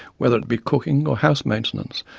whether it be cooking or house maintenance,